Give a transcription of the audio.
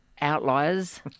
outliers